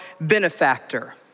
benefactor